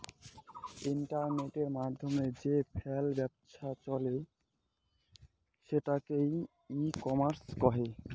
ইন্টারনেটের মাধ্যমে যে ফাল ব্যপছা চলে সেটোকে ই কমার্স কহে